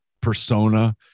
persona